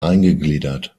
eingegliedert